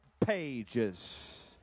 pages